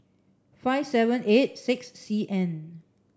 five seven eight six C N